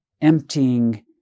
emptying